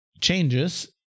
changes